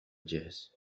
جاهز